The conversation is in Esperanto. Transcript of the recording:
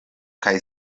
kaj